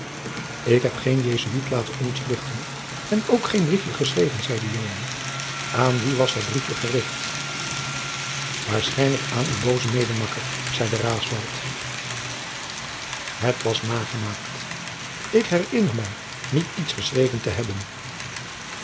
ik heb geen jesuit laten ontvluchten en ook jacob van lennep de pleegzoon geen briefje geschreven zeide joan aan wien was dat briefje gericht waarschijnlijk aan uwen boozen medemakker zeide raesfelt het was nagemaakt ik herinner mij niet iets geschreven te hebben